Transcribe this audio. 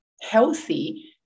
healthy